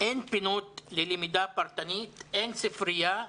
אין פינות ללמידה פרטנית, אין ספרייה,